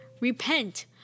Repent